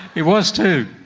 it was too.